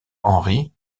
henry